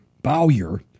Bowyer